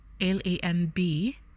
L-A-M-B